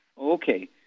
Okay